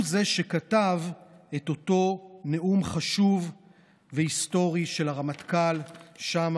הוא שכתב את אותו נאום חשוב והיסטורי של הרמטכ"ל שם,